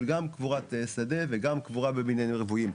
גם קבורת שדה וגם קבורה בבניינים רווים.